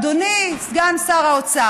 אדוני סגן שר האוצר,